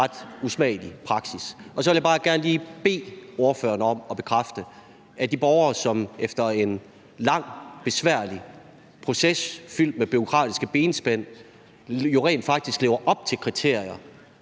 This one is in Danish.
ret usmagelig praksis. Og så vil jeg bare godt lige bede ordføreren om at bekræfte, at de borgere efter en lang, besværlig proces fyldt med bureaukratiske benspænd jo rent faktisk lever op til kriterier